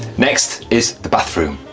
next is the bathroom,